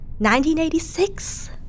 1986